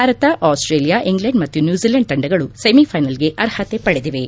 Bharat Australia England ಮತ್ತು New Zealand ತಂಡಗಳು ಸೆಮಿ ಫೈನಲ್ಸ್ಗೆ ಅರ್ಹತೆ ಪಡೆದಿವೆ